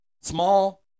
small